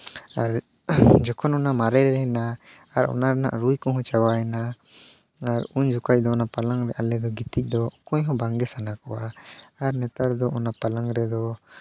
ᱟᱨ ᱡᱚᱠᱷᱚᱱ ᱚᱱᱟ ᱢᱟᱨᱮᱭᱮᱱᱟ ᱟᱨ ᱚᱱᱟ ᱨᱮᱱᱟᱜ ᱨᱩᱭ ᱠᱚᱦᱚᱸ ᱪᱟᱵᱟᱭᱮᱱᱟ ᱟᱨ ᱩᱱ ᱡᱚᱠᱷᱚᱡ ᱫᱚ ᱚᱱᱟ ᱞᱟᱞᱝᱠ ᱨᱮ ᱟᱞᱮ ᱫᱚ ᱜᱤᱛᱤᱡ ᱫᱚ ᱚᱠᱚᱭ ᱦᱚᱸ ᱵᱟᱝᱜᱮ ᱥᱟᱱᱟ ᱠᱚᱣᱟ ᱟᱨ ᱱᱮᱛᱟᱨ ᱫᱚ ᱚᱱᱟ ᱯᱟᱞᱟᱝᱠ ᱨᱮᱫᱚ